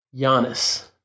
Giannis